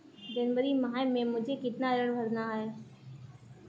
जनवरी माह में मुझे कितना ऋण भरना है?